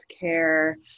care